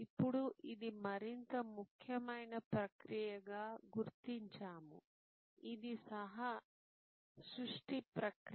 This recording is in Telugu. ఇప్పుడు ఇది మరింత ముఖ్యమైన ప్రక్రియగా గుర్తించాము ఇది సహ సృష్టి ప్రక్రియ